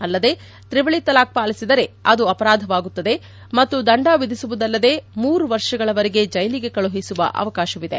ಅಲ್ಲದೆ ತ್ರಿವಳಿ ತಲಾಖ್ ಪಾಲಿಸಿದರೆ ಅದು ಅಪರಾಧವಾಗುತ್ತದೆ ಮತ್ತು ದಂಡ ವಿಧಿಸುವುದಲ್ಲದೆ ಮೂರು ವರ್ಷಗಳವರೆಗೆ ಜೈಲಿಗೆ ಕಳುಹಿಸುವ ಅವಕಾಶವಿದೆ